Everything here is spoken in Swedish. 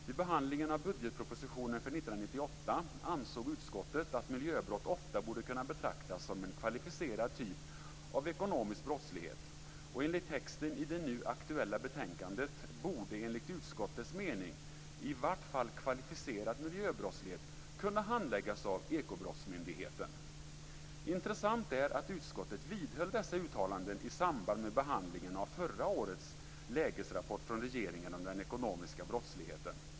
Vid behandlingen av budgetpropositionen för 1998 ansåg utskottet att miljöbrott ofta borde kunna betraktas som en kvalificerad typ av ekonomisk brottslighet. Enligt texten i det nu aktuella betänkandet borde, enligt utskottets mening, i varje fall kvalificerad miljöbrottslighet kunna handläggas av Ekobrottsmyndigheten. Intressant är att utskottet vidhöll dessa uttalanden i samband med behandlingen av förra årets lägesrapport från regeringen om den ekonomiska brottsligheten.